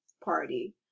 party